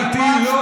חבר הכנסת אמסלם.